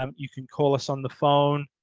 um you can call us on the phone,